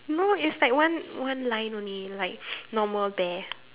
no it's like one one line only like normal bear